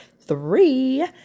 three